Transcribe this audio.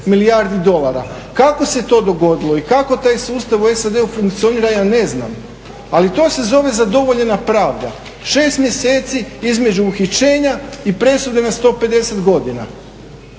milijardi dolara. Kako se to dogodilo i kako taj sustav u SAD-u funkcionira ja ne znam. Ali to se zove zadovoljena pravda. 6 mjeseci između uhićenja i presude na 150 godina.